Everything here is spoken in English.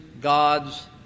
God's